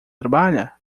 trabalha